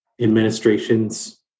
administrations